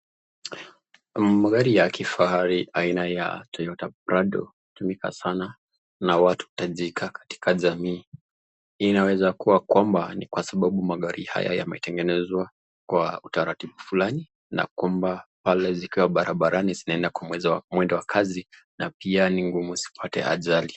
Magari ya kifahari aina ya Toyota Prado hutumika sana na watu tajika katika jamii. Hii inaweza kua kwamba ni kwa sababu magari haya yametengenezewa kwa utaratibu fulani na kwamba pale zikiwa barabarani zinaenda kwa mwendo wa kasi na pia ni ngumu zipate ajali.